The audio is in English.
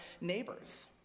neighbors